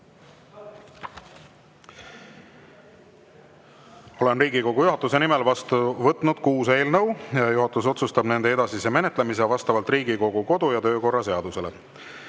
Olen Riigikogu juhatuse nimel vastu võtnud kuus eelnõu ja juhatus otsustab nende edasise menetlemise vastavalt Riigikogu kodu- ja töökorra seadusele.